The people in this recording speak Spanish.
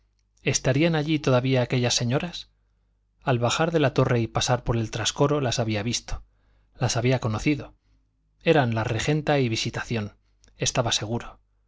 estarían allí todavía aquellas señoras al bajar de la torre y pasar por el trascoro las había visto las había conocido eran la regenta y visitación estaba seguro